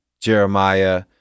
Jeremiah